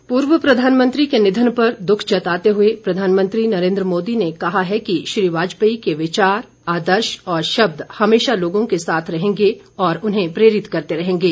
प्रधानमंत्री पूर्व प्रधानमंत्री के निधन पर दुख जताते हुए प्रधानमंत्री नरेन्द्र मोदी ने कहा कि श्री वाजपेयी के विचार आदर्श और शब्द हमेशा लोगों के साथ रहेंगे और उन्हें प्रेरित करते रहेंगे